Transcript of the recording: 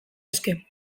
eske